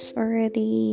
already